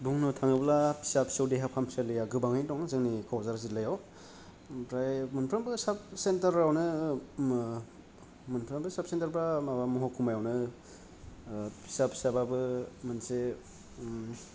बुंनो थाङोब्ला फिसा फिसौ देहा फाहामसालिया गोबाङैनो दं जोंनि कक्राझार जिलायाव आमफ्राय मोनफ्रोमबो साब सेन्टारावनो मोनफ्रोमबो साब सेन्टार बा महकुमायावनो फिसा फिसा बाबो मोनसे